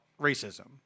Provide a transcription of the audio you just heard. racism